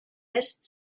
lässt